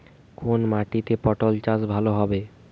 কোন মাটিতে পটল চাষ ভালো হবে?